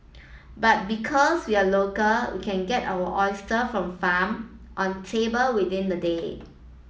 but because we are local we can get our oyster from farm on table within the day